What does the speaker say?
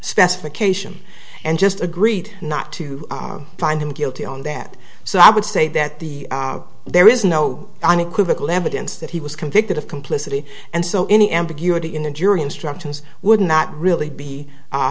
specification and just agreed not to find him guilty on that so i would say that the there is no unequivocal evidence that he was convicted of complicity and so any ambiguity in the jury instructions would not really be